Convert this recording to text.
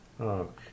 Okay